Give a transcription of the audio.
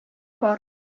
бар